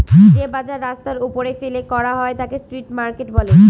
যে বাজার রাস্তার ওপরে ফেলে করা হয় তাকে স্ট্রিট মার্কেট বলে